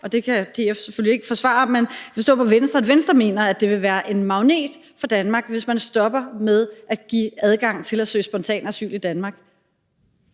og det kan DF selvfølgelig ikke forsvare – at Venstre mener, at Danmark vil blive en magnet, hvis man stopper med at give adgang til at søge spontant asyl i Danmark.